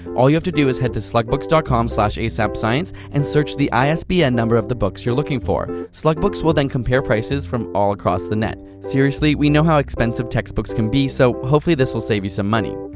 all you have to do is head to slugbooks dot com slash asapscience and search the isbn number of the books your looking for. slugbooks will then compare prices from all across the net. seriously, we know how expensive textbooks can be, so hopefully this will save you some money!